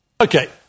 Okay